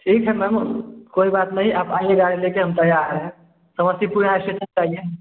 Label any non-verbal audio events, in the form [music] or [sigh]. ठीक है मैम कोई बात नहीं आप आइए गाड़ी लेकर हम तैयार हैं समस्तीपुर [unintelligible] आइए